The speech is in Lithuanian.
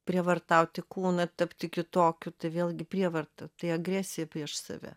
prievartauti kūną tapti kitokiu tai vėlgi prievarta tai agresija prieš save